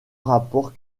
rapport